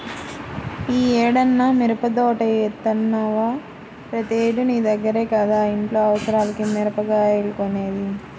యీ ఏడన్నా మిరపదోట యేత్తన్నవా, ప్రతేడూ నీ దగ్గర కదా ఇంట్లో అవసరాలకి మిరగాయలు కొనేది